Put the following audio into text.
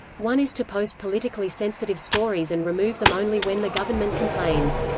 one is to post politically sensitive stories and remove them only when the government complains.